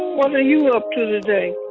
what are you up to today?